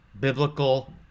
biblical